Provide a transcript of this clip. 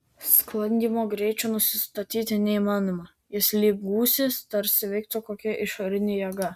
sklandymo greičio nusistatyti neįmanoma jis lyg gūsis tarsi veiktų kokia išorinė jėga